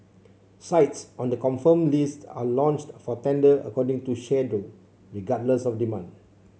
sites on the confirmed list are launched for tender according to schedule regardless of demand